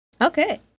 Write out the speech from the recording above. Okay